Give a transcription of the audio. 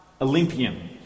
Olympian